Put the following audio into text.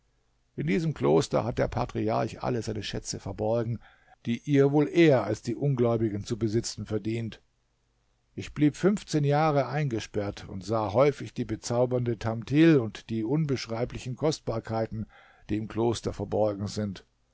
in diesem kloster hat der patriarch alle seine schätze verborgen die ihr wohl eher als die ungläubigen zu besitzen verdient ich blieb fünfzehn jahre eingesperrt und sah häufig die bezaubernde tamthil und die unbeschreiblichen kostbarkeiten die im kloster verborgen sind